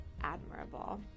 admirable